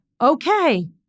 Okay